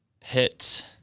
Hit